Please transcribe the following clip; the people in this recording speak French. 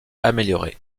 améliorée